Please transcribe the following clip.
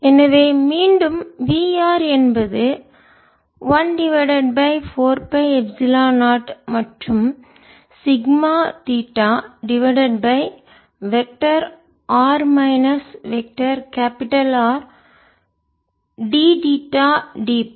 எனவே மீண்டும் V r என்பது 1 divided by 4 by epsilon naught மற்றும் sigma theta divided by vector R minus vector capital R D theta D five